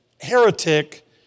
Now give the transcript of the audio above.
heretic